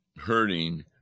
hurting